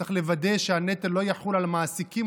צריך לוודא שהנטל לא יחול על המעסיקים,